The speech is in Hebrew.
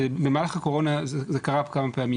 במהלך הקורונה זה קרה כמה פעמים.